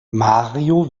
mario